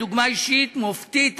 בדוגמה אישית ומופתית עשיתם.